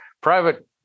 Private